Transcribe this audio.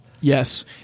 Yes